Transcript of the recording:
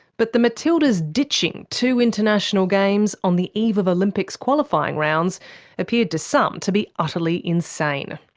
but the matildas ditching two international games on the eve of olympics qualifying rounds appeared to some to be utterly insane.